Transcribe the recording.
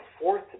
fourth